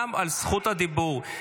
-- גם על זכות הדיבור.